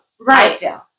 Right